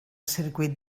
circuit